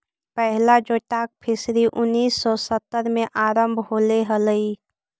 पहिला जोटाक फिशरी उन्नीस सौ सत्तर में आरंभ होले हलइ